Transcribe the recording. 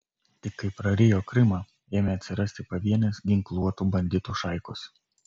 tik kai prarijo krymą ėmė atsirasti pavienės ginkluotų banditų šaikos